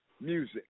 music